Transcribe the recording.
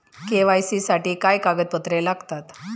KYC साठी काय कागदपत्रे लागतात?